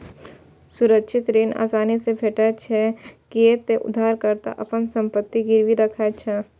सुरक्षित ऋण आसानी से भेटै छै, कियै ते उधारकर्ता अपन संपत्ति गिरवी राखै छै